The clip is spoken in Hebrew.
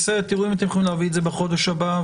תראו אם אתם יכולים להביא את זה בחודש הבא,